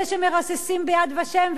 אלה שמרססים ב"יד ושם",